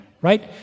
Right